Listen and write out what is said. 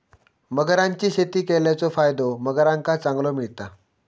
मगरांची शेती केल्याचो फायदो मगरांका चांगलो मिळता